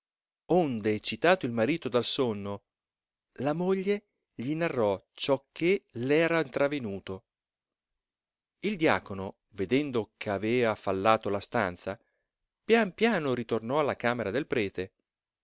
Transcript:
onde eccitato il marito dal sonno la moglie gli narrò ciò che l era intravenuto il diacono vedendo ch'aveva fallato la stanza pian piano ritornò alla camera del prete